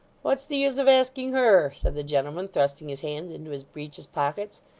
what's the use of asking her said the gentleman, thrusting his hands into his breeches pockets.